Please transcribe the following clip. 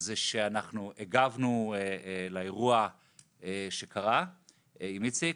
זה שאנחנו הגבנו לאירוע שקרה עם איציק,